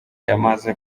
yamaze